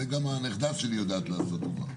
שדיברתם עליו הרבה,